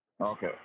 Okay